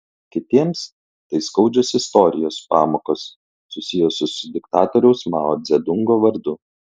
kitiems tai skaudžios istorijos pamokos susijusios su diktatoriaus mao dzedungo vardu